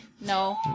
no